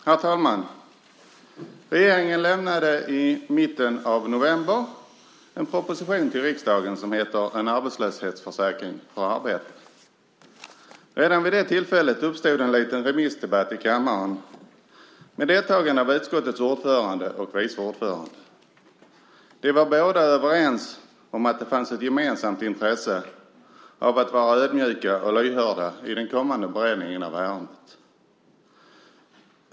Herr talman! Regeringen lämnade i mitten av november en proposition till riksdagen som heter En arbetslöshetsförsäkring för arbete . Redan vid det tillfället uppstod en liten remissdebatt i kammaren med deltagande av utskottets ordförande och vice ordförande. De var överens om att det fanns ett gemensamt intresse av att vara ödmjuka och lyhörda i den kommande beredningen av ärendet.